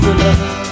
love